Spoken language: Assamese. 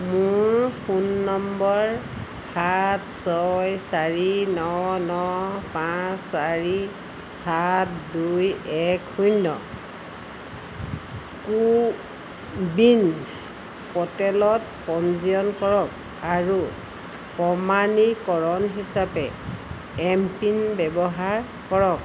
মোৰ ফোন নম্বৰ সাত ছয় চাৰি ন ন পাঁচ চাৰি সাত দুই এক শূন্য কো ৱিন প'ৰ্টেলত পঞ্জীয়ন কৰক আৰু প্ৰমাণীকৰণ হিচাপে এম পিন ব্যৱহাৰ কৰক